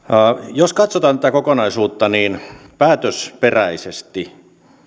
jos katsotaan tätä kokonaisuutta niin päätösperäisesti